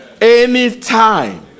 anytime